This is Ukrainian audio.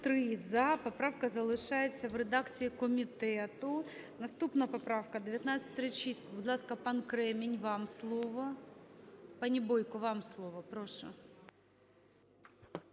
Поправка залишається в редакції комітету. Наступна поправка 1936. Будь ласка, пан Кремінь, вам слово. Пані Бойко, вам слово. Прошу.